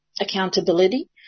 accountability